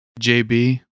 JB